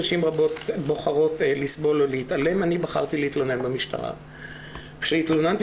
נשים רבות בוחרות לסבול או להתעלם אבל אני בחרתי להתלונן במשטרה.